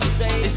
say